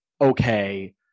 okay